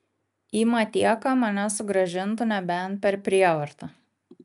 į matieką mane sugrąžintų nebent per prievartą